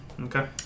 Okay